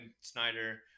Snyder